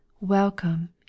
Welcome